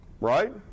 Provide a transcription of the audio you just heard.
right